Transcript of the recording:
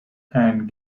and